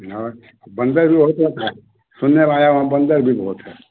और बंदर भी बहुत होता है सुनने में आया वहाँ बंदर भी बहुत है